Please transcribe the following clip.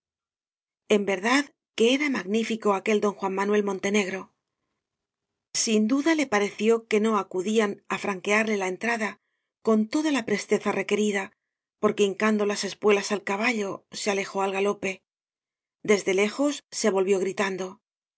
en verdad que era magnífico aquel don juan manuel montenegro sin duda le pare ció que no acudían á franquearle la entrada con toda la presteza requerida porque hin cando las espuelas al caballo se alejó al galo pe desde lejos se volvió gritando